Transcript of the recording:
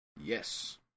Yes